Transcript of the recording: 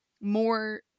more